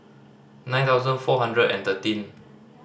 nine thousand four hundred and thirteen